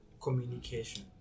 Communication